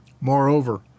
Moreover